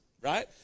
right